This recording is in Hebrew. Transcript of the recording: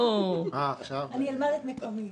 אני אלמד את מקומי.